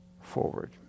forward